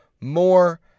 more